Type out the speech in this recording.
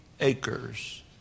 acres